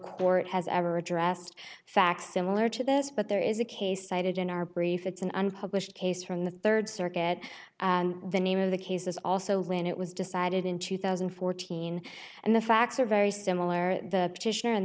court has ever addressed facts similar to this but there is a case cited in our brief it's an unpublished case from the third circuit and the name of the case is also when it was decided in two thousand and fourteen and the facts are very similar